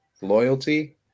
loyalty